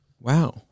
Wow